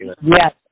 Yes